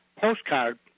postcard